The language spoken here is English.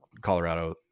Colorado